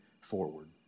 forward